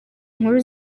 inkuru